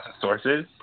sources